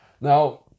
now